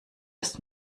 ist